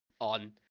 on